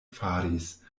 faris